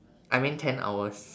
I mean ten hours